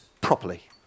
properly